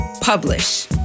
publish